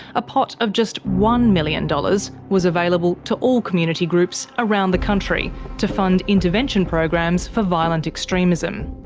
a pot of just one million dollars was available to all community groups around the country to fund intervention programs for violent extremism.